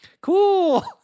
Cool